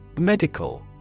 Medical